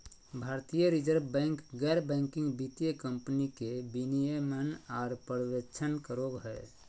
भारतीय reserve bank गैर banking वित्तीय कम्पनी के विनियमन आर पर्यवेक्षण करो हय